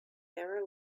never